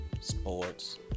sports